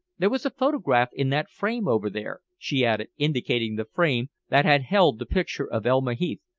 there was a photograph in that frame over there, she added, indicating the frame that had held the picture of elma heath,